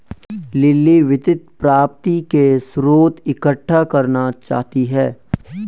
lily वित्त प्राप्ति के स्रोत इकट्ठा करना चाहती है